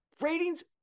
Ratings